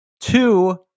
two